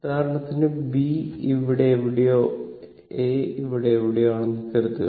ഉദാഹരണത്തിന് B ഇവിടെ എവിടെയോ A ഇവിടെ എവിടെയോ ആണെന്ന് കരുതുക